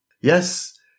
Yes